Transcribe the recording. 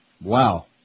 Wow